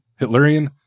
Hitlerian